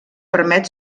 permet